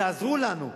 תעזרו לנו.